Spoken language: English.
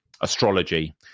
Astrology